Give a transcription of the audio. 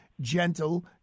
gentle